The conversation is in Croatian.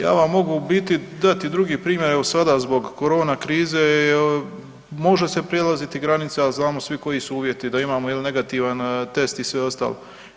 Ja vam mogu u biti dati drugi primjer, evo sada zbog korona krize je, može se prelaziti granica, a znamo svi koji su uvjeti, da imamo jel negativan test i sve ostalo.